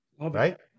Right